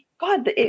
god